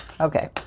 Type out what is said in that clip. okay